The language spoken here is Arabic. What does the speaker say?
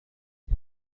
كما